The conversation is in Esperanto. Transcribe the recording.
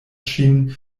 ŝin